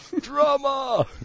Drama